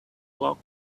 lot